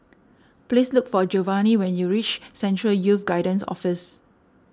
please look for Giovani when you reach Central Youth Guidance Office